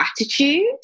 attitude